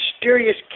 mysterious